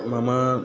मम